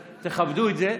תכבדו את זה.